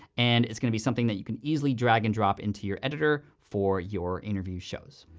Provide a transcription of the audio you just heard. and it's gonna be something that you can easily drag and drop into your editor for your interview shows.